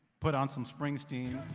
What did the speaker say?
put on some springsteen,